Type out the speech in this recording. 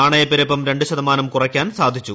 നാണയപ്പെരുപ്പം രണ്ടു ശതമാനം കുറയ്ക്കാൻ സാധിച്ചു